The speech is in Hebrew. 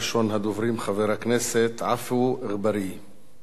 ראשון הדוברים, חבר הכנסת עפו אגבאריה.